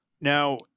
Now